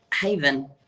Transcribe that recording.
haven